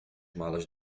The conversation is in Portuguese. malas